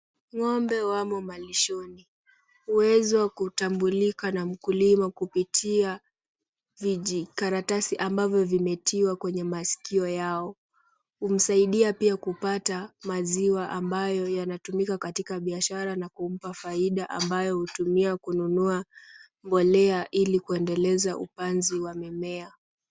Ng'ombe wamo mallishoni. Uwezo wa kutambulika na mkulima kupitia vijikaratasi ambavyo vimetiwa kwenye masikio yao. Humsaidia pia kupata maziwa ambayo yanatumika katika biashara na kumpa faida ambayo hutumia kununua mbolea ili kuendeleza upanzi wa memea.